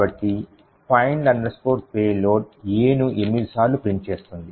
కాబట్టి find payload A ను 8 సార్లు ప్రింట్ చేస్తుంది